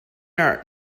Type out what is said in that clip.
are